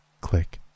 click